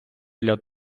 для